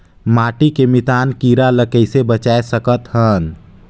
माटी के मितान कीरा ल कइसे बचाय सकत हन?